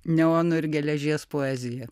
neono ir geležies poezija